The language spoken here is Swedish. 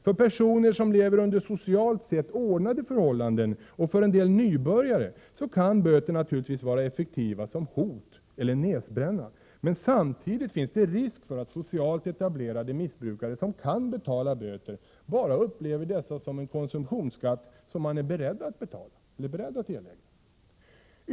För personer som lever under socialt sett ordnade förhållanden och för en del nybörjare kan böter naturligtvis vara effektiva som hot eller ”näsbränna”, men samtidigt finns det risk för att socialt etablerade missbrukare som kan betala böter bara upplever dessa som en konsumtionsskatt, som man är beredd att erlägga.